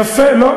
יפה, יפה.